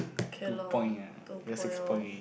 okay lor two point orh